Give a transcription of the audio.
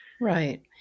Right